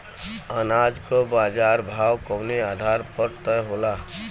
अनाज क बाजार भाव कवने आधार पर तय होला?